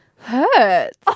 Hurts